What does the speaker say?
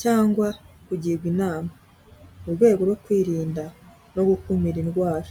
cyangwa kugirwa inama, mu rwego rwo kwirinda no gukumira indwara.